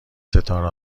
ستاره